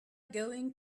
going